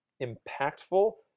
impactful